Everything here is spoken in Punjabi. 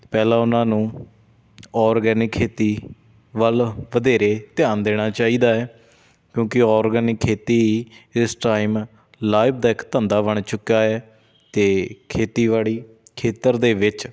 ਪਹਿਲਾਂ ਉਨ੍ਹਾਂ ਨੂੰ ਔਰਗੈਨਿਕ ਖੇਤੀ ਵੱਲ ਵਧੇਰੇ ਧਿਆਨ ਦੇਣਾ ਚਾਹੀਦਾ ਹੈ ਕਿਉਂਕਿ ਔਰਗੈਨਿਕ ਖੇਤੀ ਹੀ ਇਸ ਟਾਈਮ ਲਾਭਦਾਇਕ ਧੰਦਾ ਬਣ ਚੁੱਕਾ ਹੈ ਅਤੇ ਖੇਤੀਬਾੜੀ ਖੇਤਰ ਦੇ ਵਿੱਚ